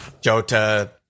Jota